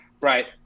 Right